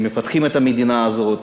הם מפתחים את המדינה הזאת.